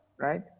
right